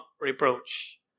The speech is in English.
reproach